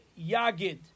yagid